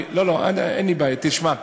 אין לי בעיה, תשמע,